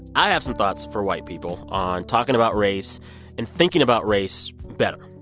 i have some thoughts for white people on talking about race and thinking about race better.